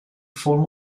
form